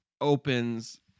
opens